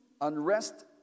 unrest